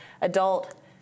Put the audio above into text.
adult